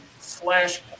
slash